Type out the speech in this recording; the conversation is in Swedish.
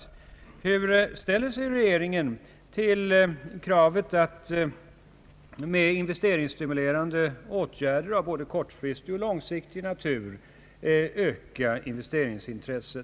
Hur ställer sig regeringen till kravet att med investeringsstimulerande åtgärder av både kortfristig och långsiktig natur öka investeringsintresset?